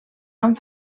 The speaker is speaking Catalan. amb